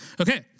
Okay